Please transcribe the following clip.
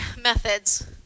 methods